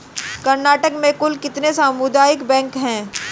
कर्नाटक में कुल कितने सामुदायिक बैंक है